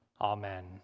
Amen